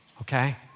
okay